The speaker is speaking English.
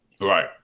Right